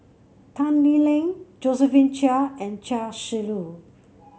Tan Lee Leng Josephine Chia and Chia Shi Lu